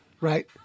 right